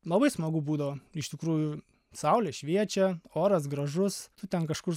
labai smagu būdavo iš tikrųjų saulė šviečia oras gražus tu ten kažkur